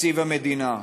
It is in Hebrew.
תקציב המדינה.